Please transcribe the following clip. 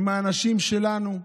הם האנשים שלנו.